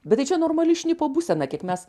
bet tai čia normali šnipo būsena kaip mes